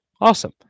Awesome